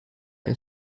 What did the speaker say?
een